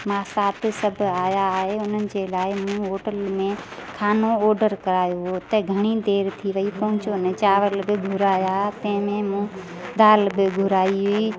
मां साथ सभु आयां आहे ऐं हुननि जे लाइ मूं होटल में खानो ऑडर करायो हुओ त घणी देरि थी वई पहुचो ने चांवर खे घुराया कंहिंमें मूं दालि बि घुराई